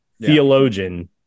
theologian